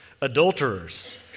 Adulterers